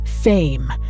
Fame